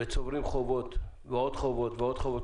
וצוברים חובות ועוד חובות ועוד חובות,